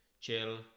chill